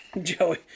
Joey